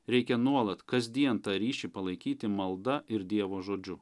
reikia nuolat kasdien tą ryšį palaikyti malda ir dievo žodžiu